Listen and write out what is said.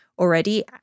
already